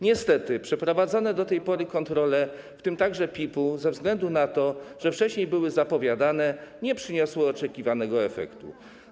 Niestety, przeprowadzone do tej pory kontrole, w tym także PIP-u, ze względu na to, że wcześniej były zapowiadane, nie przyniosły oczekiwanego efektu.